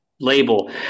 Label